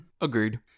Agreed